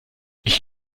ich